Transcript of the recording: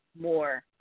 more